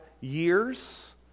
years